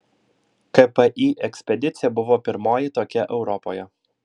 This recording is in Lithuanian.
kpi ekspedicija buvo pirmoji tokia europoje